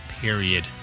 Period